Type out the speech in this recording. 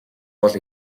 бол